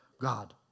God